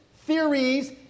theories